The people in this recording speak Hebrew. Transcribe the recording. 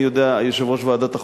יושב-ראש ועדת החוקה,